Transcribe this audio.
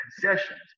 concessions